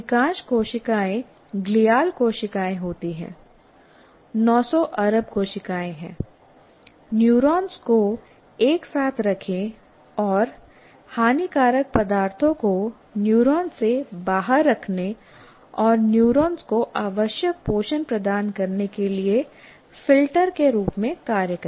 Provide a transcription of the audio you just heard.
अधिकांश कोशिकाएँ ग्लियल कोशिकाएँ होती हैं 900 अरब कोशिकाएँ हैं न्यूरॉन्स को एक साथ रखें और हानिकारक पदार्थों को न्यूरॉन्स से बाहर रखने और न्यूरॉन्स को आवश्यक पोषण प्रदान करने के लिए फिल्टर के रूप में कार्य करें